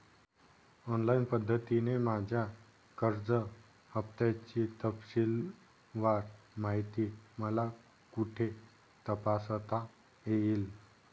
Online पद्धतीने माझ्या कर्ज हफ्त्याची तपशीलवार माहिती मला कुठे तपासता येईल?